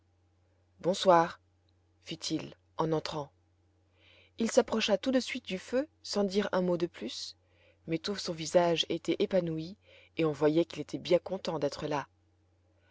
bonsoir fit-il en entrant il s'approcha tout de suite du feu sans dire un mot de plus mais tout son visage était épanoui et on voyait qu'il était bien content d'être là